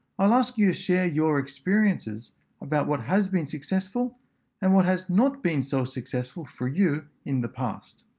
i'll ask you to share your experiences about what has been successful and what has not been so successful for you in the past.